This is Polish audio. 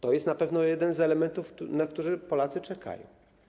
To jest na pewno jeden z elementów, na które Polacy czekają.